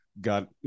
got